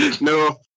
No